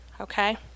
Okay